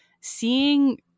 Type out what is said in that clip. seeing